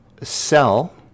sell